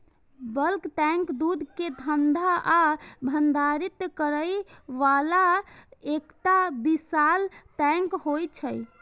bulk tank दूध कें ठंडा आ भंडारित करै बला एकटा विशाल टैंक होइ छै